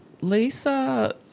Lisa